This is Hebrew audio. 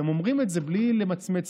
והם אומרים את זה בלי למצמץ,